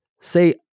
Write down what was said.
Say